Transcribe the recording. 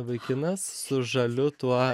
vaikinas su žaliu tuo